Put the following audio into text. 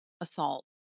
assault